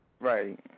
Right